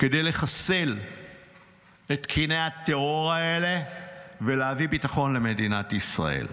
כדי לחסל את קיני הטרור האלה ולהביא ביטחון למדינת ישראל.